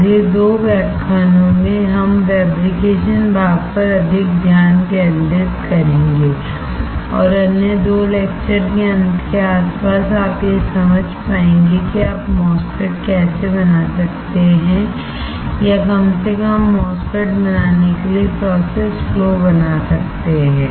अगले 2 व्याख्यानों में हम फैब्रिकेशन भाग पर अधिक ध्यान केंद्रित करेंगे और अन्य दो लेक्चर के अंत के आस पास आप यह समझ पाएंगे कि आप MOSFET कैसे बना सकते हैं या कम से कम MOSFET बनाने के लिए प्रोसेस फ्लो बना सकते हैं